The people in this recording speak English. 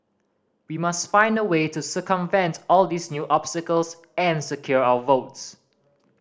we must find a way to circumvent all these new obstacles and secure our votes